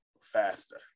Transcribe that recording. faster